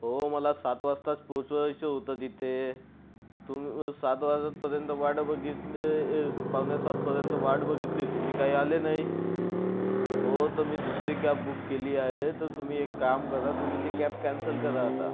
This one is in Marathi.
हो मला सात वाजताच पोहचायचं होत तिथे तुम् सात वाजेपर्यंत वाट बघितली पावणे सातपर्यंत वाट बघितली तुम्ही काय आले नाही हो तर मी दुसरी कॅब बुक केली आहे तर तुम्ही एक काम करा तुम्ही ती कॅब कॅन्सल करा आता